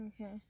Okay